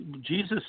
Jesus